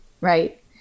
right